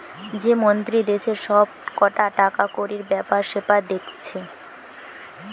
যে মন্ত্রী দেশের সব কটা টাকাকড়ির বেপার সেপার দেখছে